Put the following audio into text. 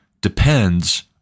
depends